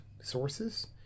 sources